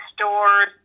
stores